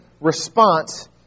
response